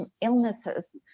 illnesses